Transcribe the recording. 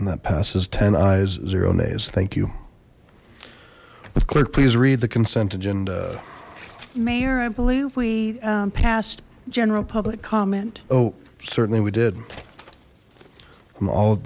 and that passes ten i's zero nays thank you clerk please read the consent agenda mayor i believe we passed general public comment oh certainly we did